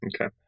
Okay